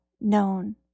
known